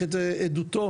שעדותו,